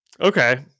Okay